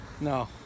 no